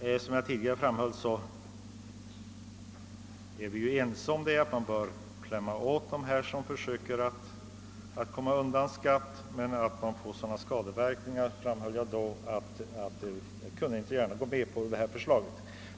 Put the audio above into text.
Såsom jag tidigare framhöll är vi visserligen ense om att man bör klämma åt dem som försöker komma undan skatt, men vi anser att det uppstår sådana skadeverkningar av förslaget om retroaktivitet att det inte kan accepteras.